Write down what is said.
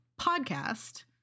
podcast